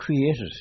created